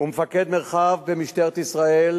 ומפקד מרחב במשטרת ישראל,